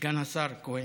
סגן השר כהן,